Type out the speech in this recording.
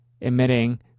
emitting